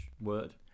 word